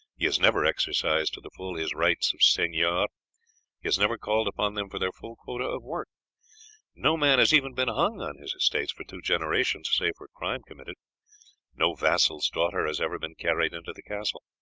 he has never exercised to the full his rights of seigneur he has never called upon them for their full quota of work no man has even been hung on his estate for two generations save for crime committed no vassal's daughter has ever been carried into the castle.